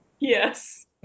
Yes